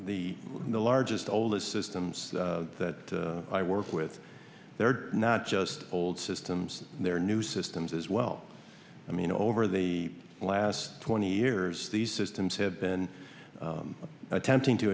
clarify the largest oldest systems that i work with they're not just old systems they're new systems as well i mean over the last twenty years these systems have been attempting to